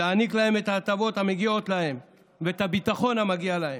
ולהעניק להם את ההטבות המגיעות להם ואת הביטחון המגיע להם.